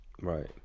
right